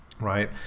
right